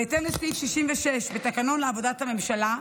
בהתאם לסעיף 66 בתקנון לעבודת הממשלה,